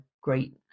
great